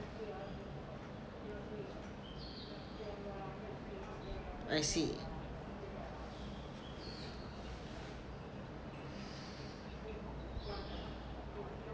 I see